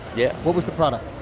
yeah what was the product?